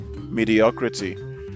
mediocrity